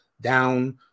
Down